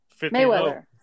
Mayweather